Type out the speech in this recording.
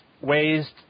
ways –